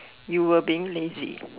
you were being lazy